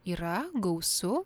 yra gausu